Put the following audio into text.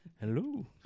Hello